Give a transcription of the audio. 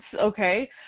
okay